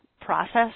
process